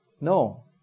No